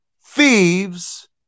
thieves